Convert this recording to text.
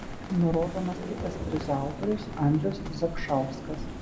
nurodomas kitas prizo autorius andrius zakšauskas